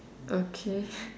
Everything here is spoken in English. okay